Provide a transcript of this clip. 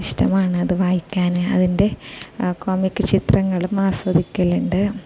ഇഷ്ടമാണ് അത് വായിക്കാൻ അതിൻ്റെ കോമിക് ചിത്രങ്ങളും ആസ്വദിക്കലുണ്ട്